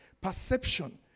Perception